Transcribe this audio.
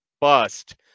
bust